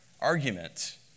argument